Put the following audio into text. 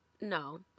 no